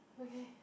okay